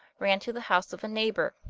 ran to the house of a neighbour,